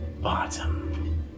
bottom